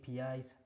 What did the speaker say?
APIs